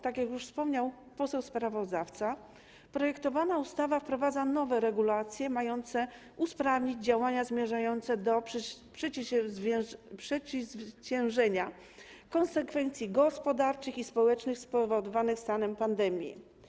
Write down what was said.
Tak jak już wspomniał poseł sprawozdawca, projektowana ustawa wprowadza nowe regulacje mające usprawnić działania zmierzające do przezwyciężenia konsekwencji gospodarczych i społecznych spowodowanych stanem pandemii.